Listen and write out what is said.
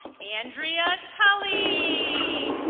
andrea tully